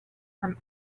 from